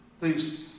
Please